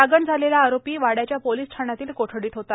लागण झालेला आरोपी वाड्याच्या पोलीस ठाण्यात पोलीस कोठडीत होता